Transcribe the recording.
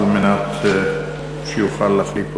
על מנת שיוכל להחליף אותי.